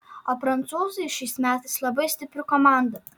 o prancūzai šiais metais labai stipri komanda